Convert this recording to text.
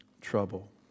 trouble